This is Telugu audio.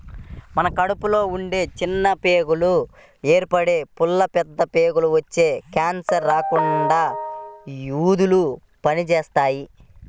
మన కడుపులో ఉండే చిన్న ప్రేగుల్లో ఏర్పడే పుళ్ళు, పెద్ద ప్రేగులకి వచ్చే కాన్సర్లు రాకుండా యీ ఊదలు పనిజేత్తాయి